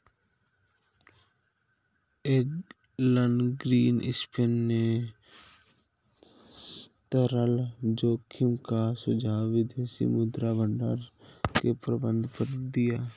Elon Greenspan ने तरलता जोखिम का सुझाव विदेशी मुद्रा भंडार के प्रबंधन पर दिया